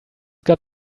got